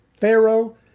Pharaoh